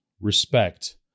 respect